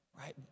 Right